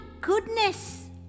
goodness